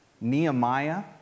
Nehemiah